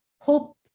hope